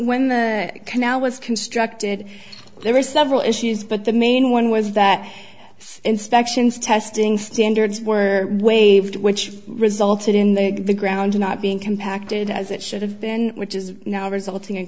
when the canal was constructed there were several issues but the main one was that the inspections testing standards were waived which resulted in the ground not being compacted as it should have been which is now resulting in